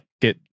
get